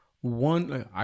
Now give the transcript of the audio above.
one